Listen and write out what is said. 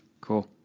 Cool